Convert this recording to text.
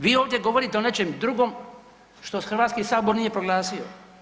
Vi ovdje govorite o nečem drugom što Hrvatski sabor nije proglasio.